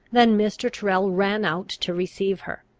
than mr. tyrrel ran out to receive her.